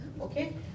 Okay